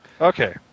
Okay